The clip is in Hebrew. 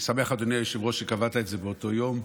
אני שמח, אדוני היושב-ראש, שקבעת את זה באותו יום.